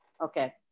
Okay